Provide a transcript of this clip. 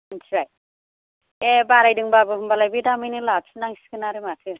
मोनथिबाय ए बारायदोंबाबो होमबालाय बे दामैनो लाखिनांसिगोन आरो माथो